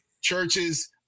churches